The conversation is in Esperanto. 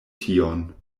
tion